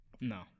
No